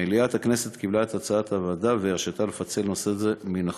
מליאת הכנסת קיבלה את הצעת הוועדה והרשתה לפצל נושא זה מן החוק.